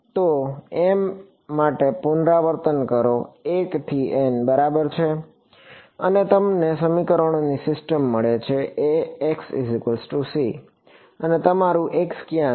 તો m માટે પુનરાવર્તન કરો 1 થી N બરાબર છે અને તમને સમીકરણોની સિસ્ટમ મળે છે અને તમારું x ક્યાં છે